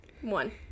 one